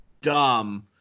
dumb